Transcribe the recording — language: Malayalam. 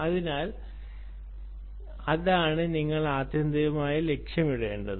അതിനാൽ അതാണ് നിങ്ങൾ ആത്യന്തികമായി ലക്ഷ്യമിടേണ്ടത്